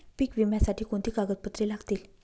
पीक विम्यासाठी कोणती कागदपत्रे लागतील?